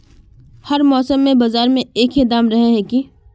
हर मौसम में बाजार में एक ही दाम रहे है की?